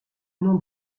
nom